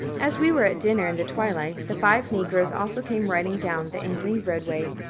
as we were at dinner, in the twilight, the five negroes also came riding down the angling roadway,